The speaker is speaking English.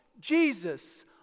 Jesus